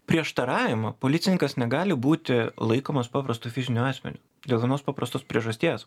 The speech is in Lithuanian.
prieštaravimą policininkas negali būti laikomas paprastu fiziniu asmeniu dėl vienos paprastos priežasties